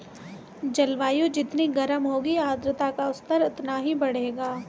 जलवायु जितनी गर्म होगी आर्द्रता का स्तर उतना ही बढ़ेगा